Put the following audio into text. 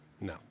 No